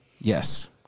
Yes